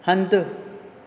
हंधु